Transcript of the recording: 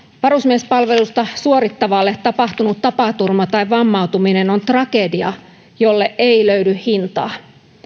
varusmiespalvelusta suorittavalle tapahtunut tapaturma tai vammautuminen on tragedia jolle ei löydy hintaa